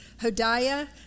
Hodiah